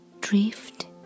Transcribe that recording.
Drift